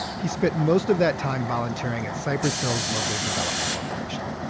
he spent most of that time volunteering at cypress hill's local development corporation.